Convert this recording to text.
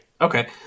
Okay